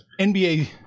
NBA